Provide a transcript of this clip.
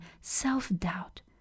self-doubt